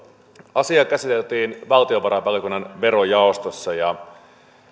asia käsiteltiin valtiovarainvaliokunnan verojaostossa ja